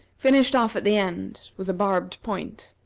finished off at the end with a barbed point.